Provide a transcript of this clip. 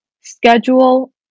schedule